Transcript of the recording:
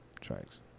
tracks